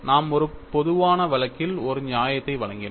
நாம் ஒரு பொதுவான வழக்கில் ஒரு நியாயத்தை வழங்கினோம்